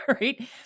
right